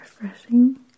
refreshing